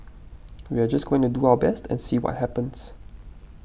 we are just going to do our best and see what happens